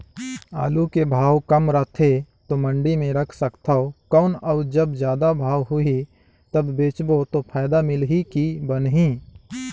आलू के भाव कम रथे तो मंडी मे रख सकथव कौन अउ जब जादा भाव होही तब बेचबो तो फायदा मिलही की बनही?